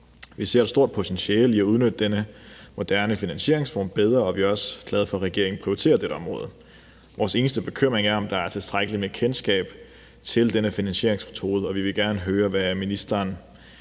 Vi ser et stort potentiale i at udnytte denne moderne finansieringsform bedre, og vi er også glade for, at regeringen prioriterer dette område. Vores eneste bekymring er, om der er tilstrækkeligt med kendskab til denne finansieringsmetode, og vi vil gerne høre, hvad ministeren